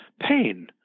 Pain